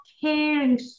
caring